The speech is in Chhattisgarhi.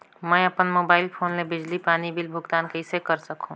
मैं अपन मोबाइल फोन ले बिजली पानी बिल भुगतान कइसे कर सकहुं?